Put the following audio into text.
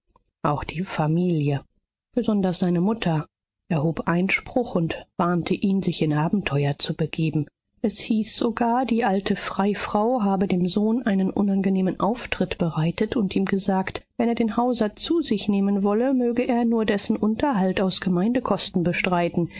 auch die familie besonders seine mutter erhob einspruch und warnte ihn sich in abenteuer zu begeben es hieß sogar die alte freifrau habe dem sohn einen unangenehmen auftritt bereitet und ihm gesagt wenn er den hauser zu sich nehmen wolle möge er nur dessen unterhalt aus gemeindekosten bestreiten